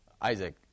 Isaac